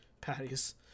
patties